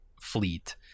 fleet